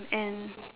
and